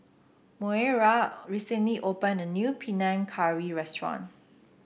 Moira recently opened a new Panang Curry restaurant